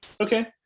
Okay